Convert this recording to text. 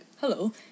hello